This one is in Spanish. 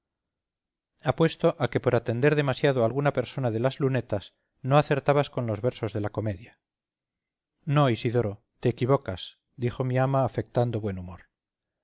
turbación apuesto a que por atender demasiado a alguna persona de las lunetas no acertabas con los versos de la comedia no isidoro te equivocas dijo mi ama afectando buen humor